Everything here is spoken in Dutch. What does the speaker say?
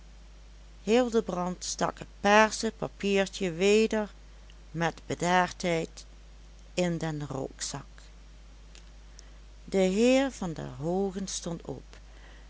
hildebrand stak het paarse papiertje weder met bedaardheid in den rokzak de heer van der hoogen stond op